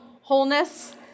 wholeness